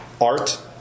Art